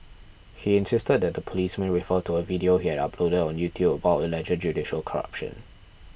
he insisted that the policemen refer to a video he had uploaded on YouTube about alleged judicial corruption